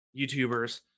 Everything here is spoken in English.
YouTubers